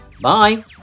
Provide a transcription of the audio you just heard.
Bye